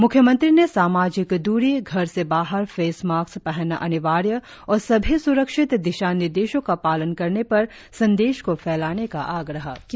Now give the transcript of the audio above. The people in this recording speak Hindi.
म्ख्यमंत्री ने सामाजिक द्री घर से बाहर फेस मास्क पहनना अनिवार्य और सभी स्रक्षित दिशा निर्देशों का पालन करने पर संदेश को फैलाने का आग्रह किया